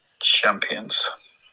champions